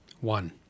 One